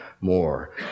more